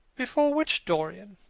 before which dorian?